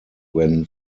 when